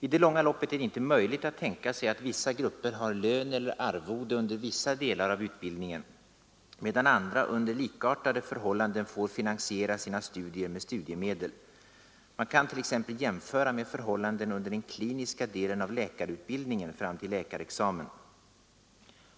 I det långa loppet är det inte möjligt att tänka sig att några grupper har lön eller arvode under vissa delar av utbildningen, medan andra under likartade förhållanden får finansiera sina studier med studiemedel. Man kan t.ex. jämföra med förhållandena under den kliniska delen av läkarutbildningen fram till läkarexamen.